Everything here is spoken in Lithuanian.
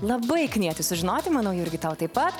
labai knieti sužinoti mano jurgi tau taip pat